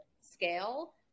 scale